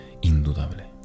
indudable